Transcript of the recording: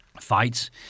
fights